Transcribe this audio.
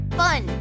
fun